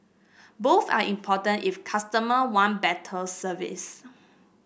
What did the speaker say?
both are important if customer want better service